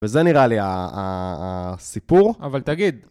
וזה נראה לי הסיפור, אבל תגיד.